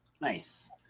Nice